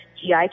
GI